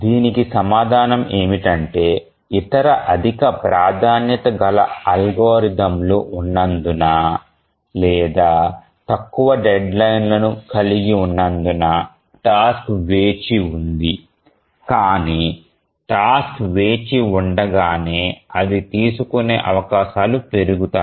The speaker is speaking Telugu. దీనికి సమాధానం ఏమిటంటే ఇతర అధిక ప్రాధాన్యత గల అల్గోరిథంలు ఉన్నందున లేదా తక్కువ డెడ్లైన్ లను కలిగి ఉన్నందున టాస్క్ వేచి ఉంది కానీ టాస్క్ వేచి ఉండగానే అది తీసుకునే అవకాశాలు పెరుగుతాయి